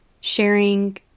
sharing